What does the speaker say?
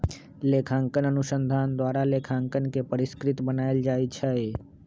लेखांकन अनुसंधान द्वारा लेखांकन के परिष्कृत बनायल जाइ छइ